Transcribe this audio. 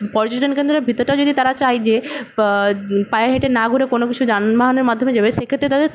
পর্যটন কেন্দ্রের ভিতরটাও যদি তারা চায় যে পায়ে হেঁটে না ঘুরে কোনো কিছু যানবাহনের মাধ্যমে যাবে সেক্ষেত্রে তাদের